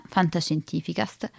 Fantascientificast